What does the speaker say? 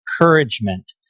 encouragement